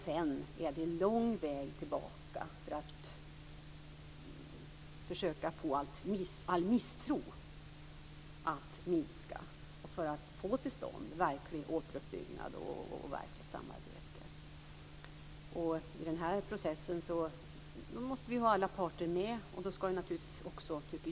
Sedan är det lång väg tillbaka för att minska misstron och för att få till stånd en verklig återuppbyggnad och ett verkligt samarbete. Alla parter måste delta i den här processen.